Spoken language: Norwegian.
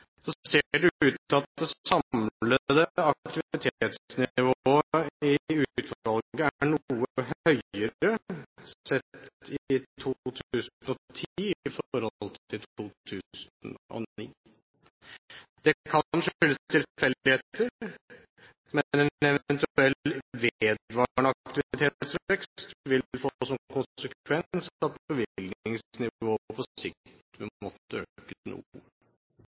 ser det ut til at det samlede aktivitetsnivået i utvalget er noe høyere i 2010 sett i forhold til 2009. Det kan skyldes tilfeldigheter, men en eventuell vedvarende aktivitetsvekst vil få som konsekvens at bevilgningsnivået på sikt vil måtte øke